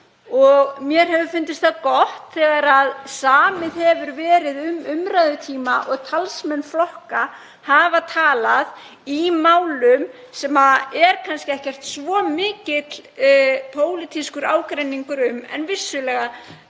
Mér hefur fundist það gott þegar samið hefur verið um umræðutíma og talsmenn flokka hafa talað í málum sem kannski er ekki svo mikill pólitískur ágreiningur um en sjónarmið